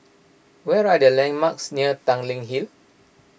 what are the landmarks near Tanglin Hill